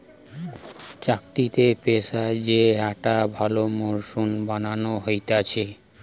চাক্কিতে পিষে যে আটা ভালো মসৃণ বানানো হতিছে